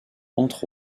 entre